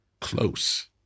close